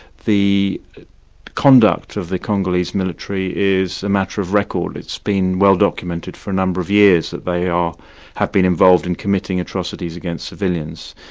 the conduct of the congolese military is a matter of record. it's been well-documented for a number of years that they um have been involved in committing atrocities against civilians.